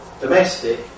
domestic